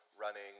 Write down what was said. running